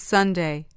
Sunday